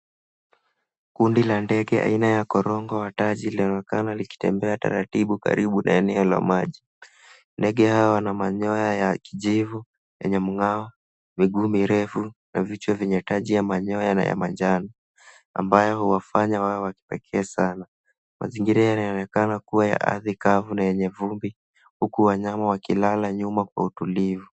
Kundi la ndege aina ya korongo wa taji laonekana likitembea taratibu karibu na eneo la maji. Ndege hawa wana manyoya ya kijivu yenye mng'ao, miguu mirefu, na vichwa vyenye taji ya manyoya na ya manjano, ambayo huwafanya wawe wa kipekee sana. Mazingira yanayoonekana kuwa ya ardhi kavu na yenye vumbi, huku wanyama wakilala nyuma kwa utulivu.